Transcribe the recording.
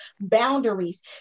boundaries